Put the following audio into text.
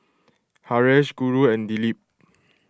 Haresh Guru and Dilip